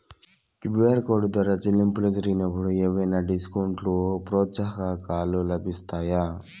QR code ద్వారా చెల్లింపులు జరిగినప్పుడు ఏవైనా డిస్కౌంట్ లు, ప్రోత్సాహకాలు లభిస్తాయా?